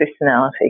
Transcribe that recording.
personality